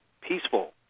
peaceful